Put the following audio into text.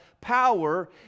power